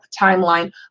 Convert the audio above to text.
timeline